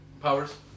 powers